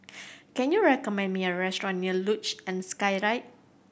can you recommend me a restaurant near Luge and Skyride